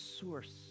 source